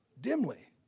dimly